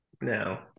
No